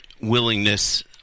willingness